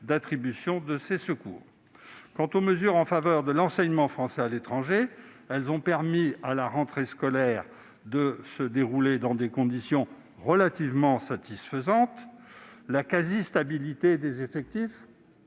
d'attribution de ces secours. Quant aux mesures en faveur de l'enseignement français à l'étranger, elles ont permis que la rentrée scolaire se déroule dans des conditions relativement satisfaisantes. Nous pouvons constater une quasi-stabilité des effectifs